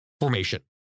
Formation